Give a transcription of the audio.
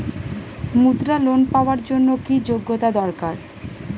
মুদ্রা লোন পাওয়ার জন্য কি যোগ্যতা দরকার?